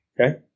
okay